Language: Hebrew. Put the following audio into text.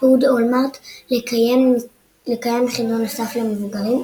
אהוד אולמרט לקיים חידון נוסף למבוגרים,